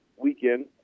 weekend